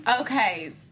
Okay